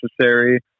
Necessary